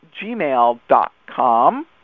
gmail.com